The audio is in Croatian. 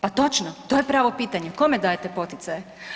Pa točno, to je pravo pitanje, kome dajte poticaje?